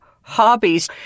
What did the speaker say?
hobbies